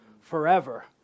forever